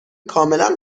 کاملا